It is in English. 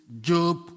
Job